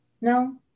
No